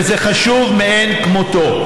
בקריאה שנייה,